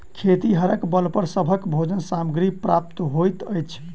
खेतिहरेक बल पर सभक भोजन सामग्री प्राप्त होइत अछि